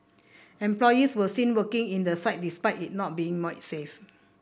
employees were seen working in the site despite it not being made safe